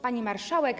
Pani Marszałek!